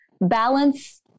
Balance